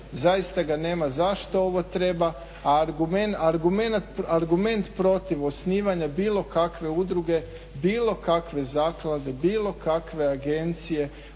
zaista ga nema zašto ovo treba, a argument protiv osnivanja bilo kakve udruge, bilo kakve zaklade, bilo kakve agencije